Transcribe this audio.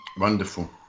Wonderful